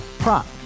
Prop